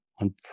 on